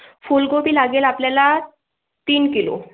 फुलगोबी लागेल आपल्याला तीन किलो